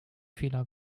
fehler